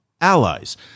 allies